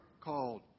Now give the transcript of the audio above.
called